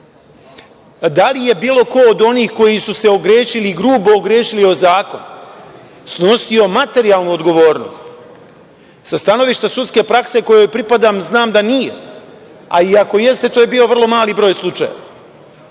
Da li je bilo ko od onih koji su se ogrešili i grubo ogrešili o zakon snosio materijalnu odgovornost? Sa stanovišta sudske prakse kojoj pripadam znam da nije, a i ako jeste to je bio vrlo mali broj slučaja. Zbog